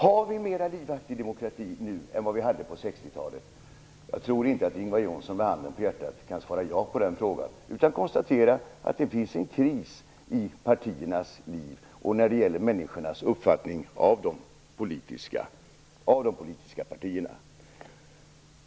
Har vi en mer livaktig demokrati nu än vi hade på 60-talet? Jag tror inte att Ingvar Johnsson med handen på hjärtat kan svara ja på den frågan utan konstaterar att det finns en kris i partiernas liv och människornas uppfattning av de politiska partierna.